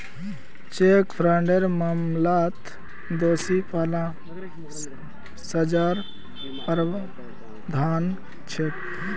cheque फ्रॉडेर मामलात दोषी पा ल सजार प्रावधान छेक